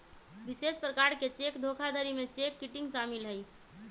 विशेष प्रकार के चेक धोखाधड़ी में चेक किटिंग शामिल हइ